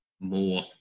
more